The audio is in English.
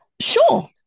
sure